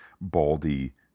Baldy